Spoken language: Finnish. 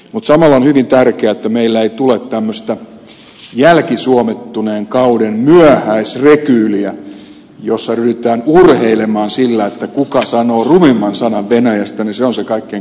mutta samalla on hyvin tärkeää että meillä ei tule tämmöistä jälkisuomettuneen kauden myöhäisrekyyliä jossa ryhdytään urheilemaan sillä kuka sanoo rumimman sanan venäjästä niin että se on kaikkein kovin kaveri